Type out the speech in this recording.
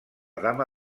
dama